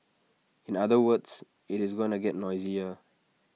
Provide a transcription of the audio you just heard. in other words IT is going to get noisier